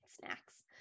snacks